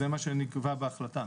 זה מה שנקבע בהחלטה.